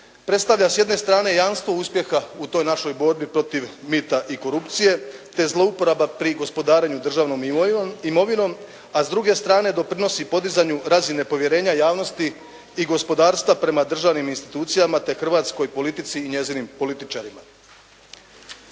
predstavlja s jedne strane jamstvo uspjeha u toj našoj borbi protiv mita i korupcije, te zlouporaba pri gospodarenju državnom imovinom, a s druge strane doprinosi podizanju razine povjerenja javnosti i gospodarstva prema državnim institucijama, te hrvatskoj politici i njezinim političarima.